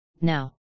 now